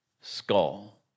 skull